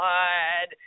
God